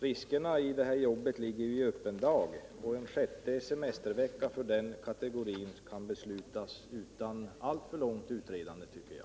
Riskerna med gruvarbetet ligger i öppen dag, och en sjätte semestervecka för den kategorin kan beslutas utan alltför långt utredande, tycker jag.